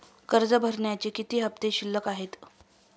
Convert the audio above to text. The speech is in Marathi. कर्ज भरण्याचे किती हफ्ते शिल्लक आहेत?